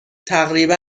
تقریبا